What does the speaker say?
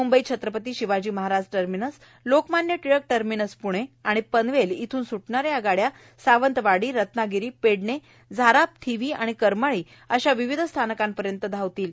Mumbai Chhatrapati Shivaji Maharaj terminus Lokmanya Tilak terminus Pune आणि पनवेल इथून सुटणाऱ्या या गाड्या सावंतवाडी रत्नागिरी पेडणे झाराप थिवी आणि करमळी अशा विविध स्थानकांपर्यंत धावणार आहेत